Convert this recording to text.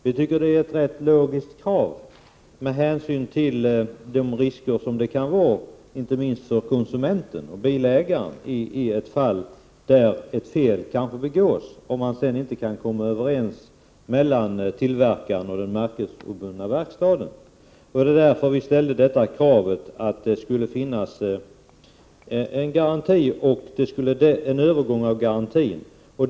Vi tycker att det är ett logiskt krav med hänsyn till de risker som det kan medföra, inte minst för konsumenten-bilägaren, om ett fel begås och tillverkaren och den märkesobundna verkstaden inte kan komma överens. Det var därför vi ställde kravet att det skulle krävas en övergång av garantin.